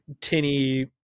tinny